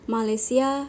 Malaysia